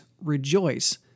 rejoice